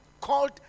called